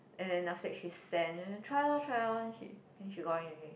and then after that she send try lor try lor then she then she got in eh